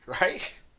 right